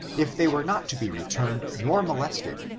if they were not to be re turned nor molested,